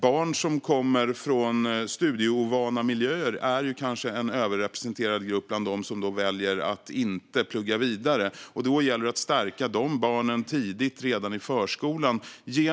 Barn som kommer från studieovana miljöer är en överrepresenterad grupp bland dem som väljer att inte plugga vidare. Då gäller det att stärka de barnen tidigt, redan i förskolan.